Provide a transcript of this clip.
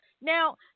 Now